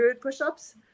push-ups